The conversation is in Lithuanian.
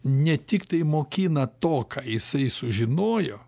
ne tiktai mokina to ką jisai sužinojo